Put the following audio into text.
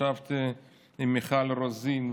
ישבתי עם מיכל רוזין,